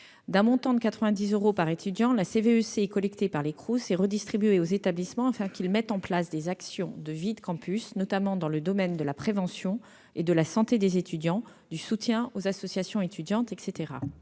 D'un montant de 90 euros par étudiant, la CVEC est collectée par les CROUS et redistribuée aux établissements afin de leur permettre de mettre en place des actions de vie de campus, notamment dans le domaine de la prévention et de la santé des étudiants, du soutien aux associations étudiantes.